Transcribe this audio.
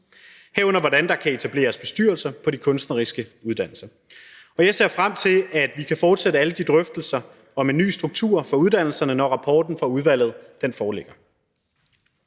herunder hvordan der kan etableres bestyrelser på de kunstneriske uddannelser, og jeg ser frem til, at vi kan fortsætte alle de drøftelser om en ny struktur for uddannelserne, når rapporten fra udvalget foreligger.